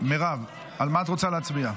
מירב, על מה את רוצה להצביע?